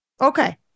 Okay